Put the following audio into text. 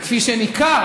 וכפי שניכר,